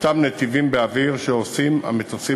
אותם נתיבים באוויר שעושים המטוסים